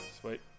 Sweet